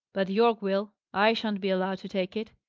but yorke will. i shan't be allowed to take it.